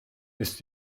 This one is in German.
ist